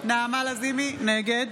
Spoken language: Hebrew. נגד